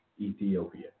Ethiopia